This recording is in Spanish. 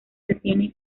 carrocería